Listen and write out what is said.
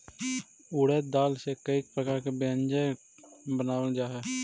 उड़द दाल से कईक प्रकार के व्यंजन बनावल जा हई